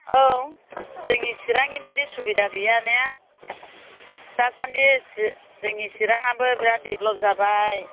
औ जोंनि चिरांनि बायदि सुबिदा गैया ने दासान्दि जोंनि चिराङाबो बिराद डेभल'प जाबाय